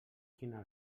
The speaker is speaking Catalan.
quina